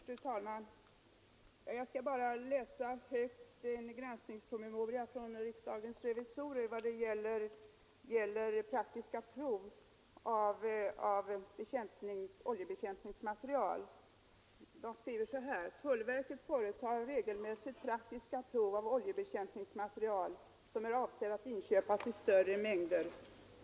Fru talman! Jag skall bara läsa högt ur en granskningspromemoria från riksdagens revisorer vad gäller praktiska prov med oljebekämpningsmateriel: ”Tullverket företar regelmässigt praktiska prov av oljebekämpningsmateriel som är avsedd att inköpas i större mängder.